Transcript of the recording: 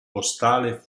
postale